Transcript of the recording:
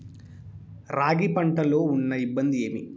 రాగి పంటలో ఉన్న ఇబ్బంది ఏమి?